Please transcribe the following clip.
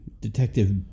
detective